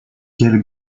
quel